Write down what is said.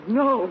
no